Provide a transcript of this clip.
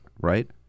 right